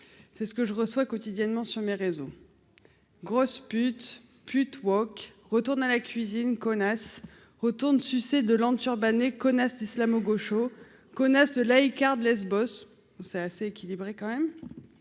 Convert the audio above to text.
c'est ce que je reçois quotidiennement sur les réseaux, grosse pute, pute Walk retournent à la cuisine connasse retournes sucer de l'enturbanné connasse islamo-gaucho connaissent de laïcards de Lesbos c'est assez équilibré, quand même,